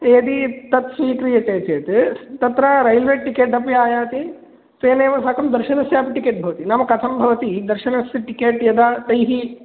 यदि तत् स्वीक्रियते चेत् तत्र रैल्वेटिकेट् अपि आयाति तेनैव साकं दर्शनस्यापि टिकेट् भवति नाम कथं भवति दर्शनस्य टिकेट् यदा तैः